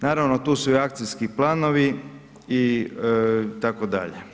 Naravno tu su i akcijski planovi itd.